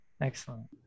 Excellent